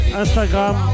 Instagram